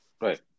Right